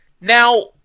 Now